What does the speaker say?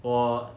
!wah!